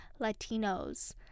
Latinos